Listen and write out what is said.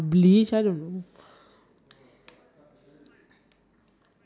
how how big okay listen how big you would you would want your